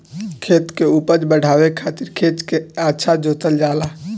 खेत के उपज बढ़ावे खातिर खेत के अच्छा से जोतल जाला